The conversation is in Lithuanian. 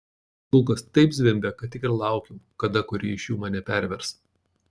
kulkos taip zvimbė kad tik ir laukiau kada kuri iš jų mane pervers